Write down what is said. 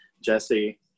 Jesse